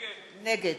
נגד